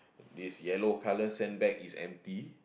this yellow color sandbag is empty